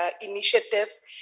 initiatives